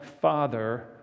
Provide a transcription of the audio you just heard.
father